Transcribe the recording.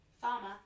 Farmer